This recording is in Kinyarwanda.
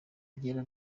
byera